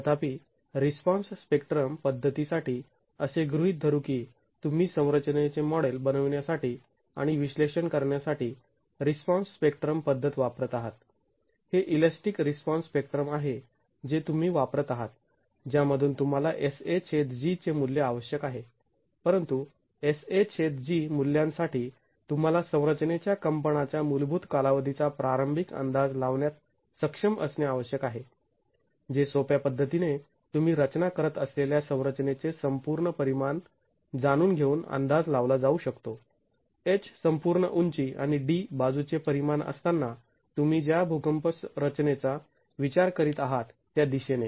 तथापि response spectrum पद्धतीसाठी असे गृहीत धरू की तुम्ही संरचनेचे मॉडेल बनविण्यासाठी आणि विश्लेषण करण्यासाठी रिस्पॉन्स स्पेक्ट्रम पद्धत वापरत आहात हे इलॅस्टीक रिस्पॉन्स स्पेक्ट्रम आहे जे तुम्ही वापरत आहात ज्या मधून तुम्हाला Sag चे मूल्य आवश्यक आहे परंतु Sag मूल्यांसाठी तुम्हाला संरचनेच्या कंपनाच्या मूलभूत कालावधीचा प्रारंभिक अंदाज लावण्यात सक्षम असणे आवश्यक आहे जे सोप्या पद्धतीने तुम्ही रचना करत असलेल्या संरचनेचे संपूर्ण परिमाण जाणून घेऊन अंदाज लावला जाऊ शकतो h संपूर्ण उंची आणि d बाजूचे परिमाण असताना तुम्ही ज्या भूकंप रचनेचा विचार करीत आहात त्या दिशेने